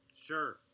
sure